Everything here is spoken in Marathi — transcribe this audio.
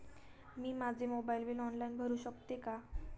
मी माझे मोबाइल बिल ऑनलाइन भरू शकते का?